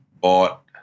bought